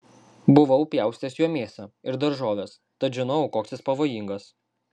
buvau pjaustęs juo mėsą ir daržoves tad žinojau koks jis pavojingas